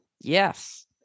Yes